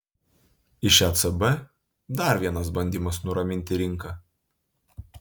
iš ecb dar vienas bandymas nuraminti rinką